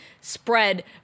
spread